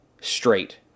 straight